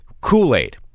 Kool-Aid